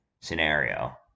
scenario